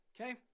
Okay